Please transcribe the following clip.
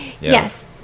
Yes